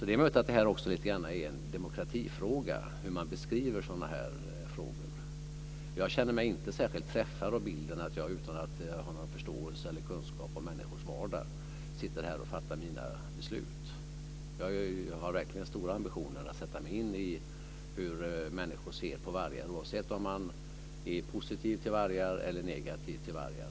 Det är möjligt att det lite grann är en demokratifråga hur man beskriver sådana frågor. Jag känner mig inte särskilt träffad av bilden att jag utan att ha någon förståelse eller kunskap om människors vardag sitter och fattar mina beslut. Jag har verkligen stora ambitioner att sätta mig in i hur människor ser på vargar, oavsett om de är positiva till vargar eller negativa till vargar.